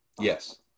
Yes